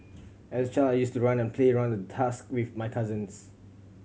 as a child I used to run and play around the tusk with my cousins